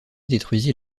détruisit